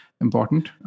important